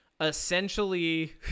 essentially